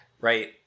right